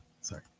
Sorry